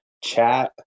chat